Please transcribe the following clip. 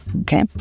Okay